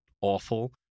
awful